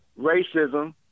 racism